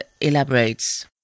elaborates